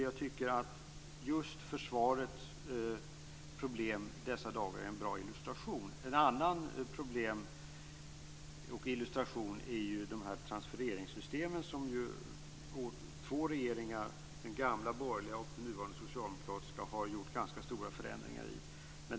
Jag tycker att just försvarets problem i dessa dagar är en bra illustration. Ett annat problem som kan användas som illustration är ju dessa transfereringssystem som två regeringar, den gamla borgerliga och de nuvarande socialdemokratiska, har gjort ganska stora förändringar i.